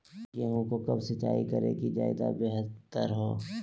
गेंहू को कब सिंचाई करे कि ज्यादा व्यहतर हो?